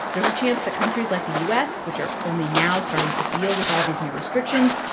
there's a chance that countries like the u s, which are only now starting to deal with all these new restrictions,